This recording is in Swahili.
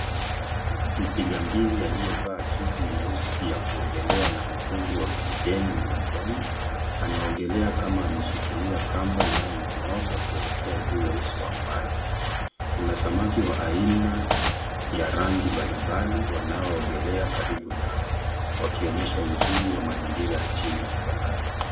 Mpiga mbizi aliyevaa suti nyeusi ya kuogelea na mtungi wa oksijeni mgongoni, anaogelea kama ameshikilia kamba inayonyooka kuelekea juu wa uso wa maji. Kuna samaki wa aina ya rangi mbalimbali wanaoogelea karibu naye, wakionyesha uzuri wa mazingira chini ya bahari.